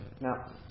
Now